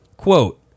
Quote